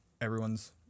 everyone's